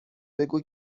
بگو